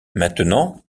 maintenant